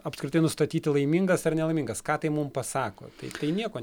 apskritai nustatyti laimingas ar nelaimingas ką tai mum pasako tai tai nieko